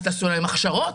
אז תעשו להם הכשרות.